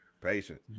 patience